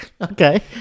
Okay